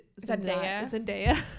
zendaya